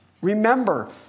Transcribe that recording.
Remember